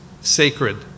sacred